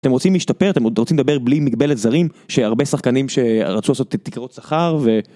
אתם רוצים להשתפר אתם עוד רוצים לדבר בלי מגבלת זרים שהרבה שחקנים שרצו לעשות תקרות שכר.